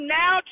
now